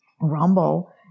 Rumble